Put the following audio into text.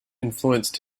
influenced